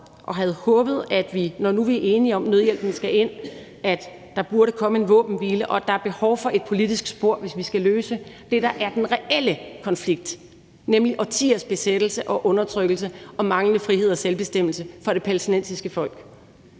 og havde håbet – når nu vi er enige om, at nødhjælpen skal ind, og at der burde komme en våbenhvile, og at der er behov for et politisk spor, hvis vi skal løse det, der er den reelle konflikt, nemlig årtiers besættelse og undertrykkelse og manglende frihed og selvbestemmelse for det palæstinensiske folk